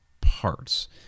parts